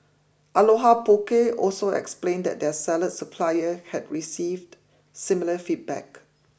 Aloha Poke also explained that their salad supplier had received similar feedback